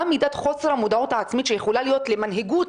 מה מידת חוסר המודעות העצמית שיכולה להיות למנהיגות,